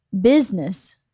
business